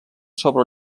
sobre